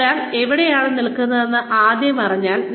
അതിനാൽ ഒരാൾ എവിടെയാണ് നിൽക്കുന്നതെന്ന് ആദ്യം അറിഞ്ഞാൽ